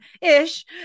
ish